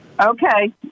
okay